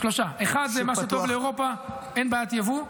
שלושה: 1. זה שוק פתוח לאירופה, אין בעיית יבוא.